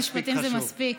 משרד המשפטים זה מספיק.